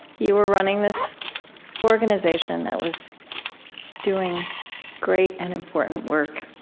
you were running this organization that was doing great and important work.